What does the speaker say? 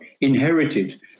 inherited